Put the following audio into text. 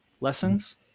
lessons